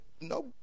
No